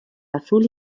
azul